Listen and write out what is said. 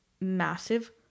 massive